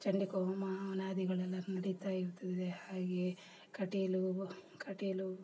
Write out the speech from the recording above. ಚಂಡಿಕ ಹೋಮ ಹವನಾದಿಗಳೆಲ್ಲ ನಡಿತಾ ಇರ್ತದೆ ಹಾಗೆಯೇ ಕಟೀಲು ಕಟೀಲು